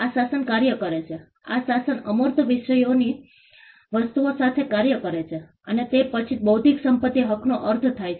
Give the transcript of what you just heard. આ શાસન કાર્ય કરે છે આ શાસન અમૂર્ત વસ્તુઓની સાથે કાર્ય કરે છે અને તે પછી જ બૌદ્ધિક સંપત્તિ હકોનો અર્થ થાય છે